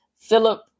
Philip